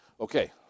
Okay